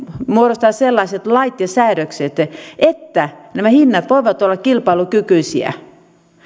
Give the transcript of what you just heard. muodostaa sellaiset lait ja säädökset että nämä hinnat voivat olla kilpailukykyisiä